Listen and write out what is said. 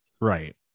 Right